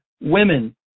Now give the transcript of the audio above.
women